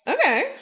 Okay